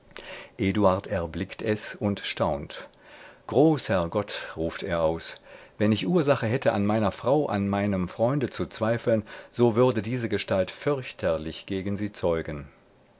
eduard erblickt es und staunt großer gott ruft er aus wenn ich ursache hätte an meiner frau an meinem freunde zu zweifeln so würde diese gestalt fürchterlich gegen sie zeugen